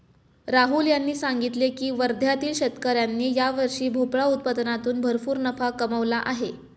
राहुल यांनी सांगितले की वर्ध्यातील शेतकऱ्यांनी यावर्षी भोपळा उत्पादनातून भरपूर नफा कमावला आहे